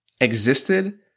existed